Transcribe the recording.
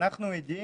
ואנחנו עדים